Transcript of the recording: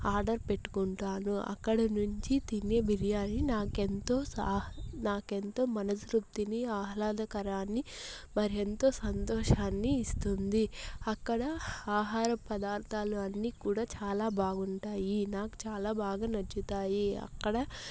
order పెట్టుకుంటాను అక్కడ నుంచి తినే బిర్యాని నాకెంతో ఆహ నాకెంతో మనసృప్తిని ఆహ్లాదకరాన్ని మరెంతో సంతోషాన్ని ఇస్తుంది అక్కడ ఆహారపదార్థాలు అన్నీ కూడా చాలా బాగుంటాయి నాకు చాలా బాగా నచ్చుతాయి అక్కడ